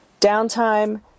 downtime